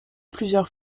plusieurs